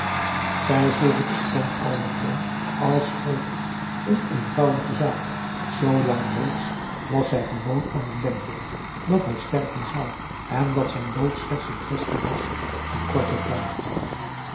zij vroeg het op zoo'n kalmen toon als gold het een een voudige zaak zoolang reeds was zij gewoon aan het denkbeeld dat hij sterven zou en dat zijn dood slechts een quaestie was van korten tijd